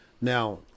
Now